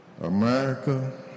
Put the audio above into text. America